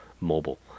mobile